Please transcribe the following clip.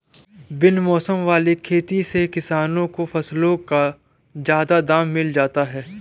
बेमौसम वाली खेती से किसानों को फसलों का ज्यादा दाम मिल जाता है